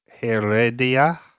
Heredia